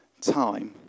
time